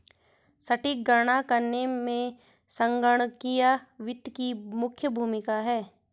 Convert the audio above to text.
सटीक गणना करने में संगणकीय वित्त की मुख्य भूमिका है